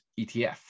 ETF